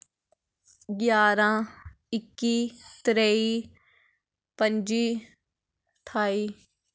ग्यारां इक्की त्रेई पंज्जी ठाई